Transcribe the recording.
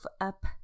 up